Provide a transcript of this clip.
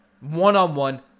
one-on-one